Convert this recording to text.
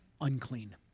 unclean